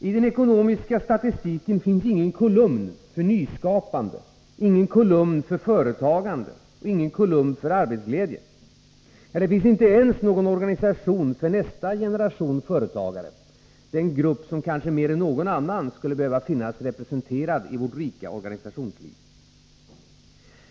I den ekonomiska statistiken finns ingen kolumn för nyskapande, ingen kolumn för företagande och ingen kolumn för arbetsglädje. Det finns inte ens någon organisation för nästa generation företagare — den grupp som kanske mer än någon annan skulle behöva finnas representerad i vårt rika organisationsliv.